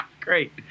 Great